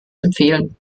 empfehlen